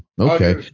Okay